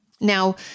Now